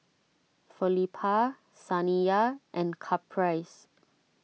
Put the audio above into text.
Felipa Saniyah and Caprice